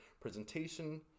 presentation